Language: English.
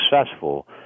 successful